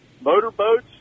motorboats